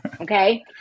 okay